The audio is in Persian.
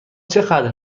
چقدر